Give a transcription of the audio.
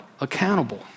accountable